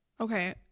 Okay